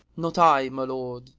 not i, my lord.